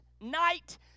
night